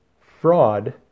fraud